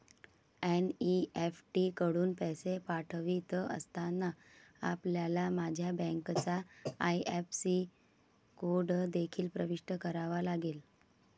NEFT कडून पैसे पाठवित असताना, आपल्याला माझ्या बँकेचा आई.एफ.एस.सी कोड देखील प्रविष्ट करावा लागेल